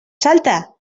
salta